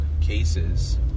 cases